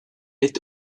est